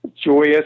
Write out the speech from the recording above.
joyous